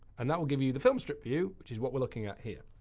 and that will give you the filmstrip view which is what we're looking at here.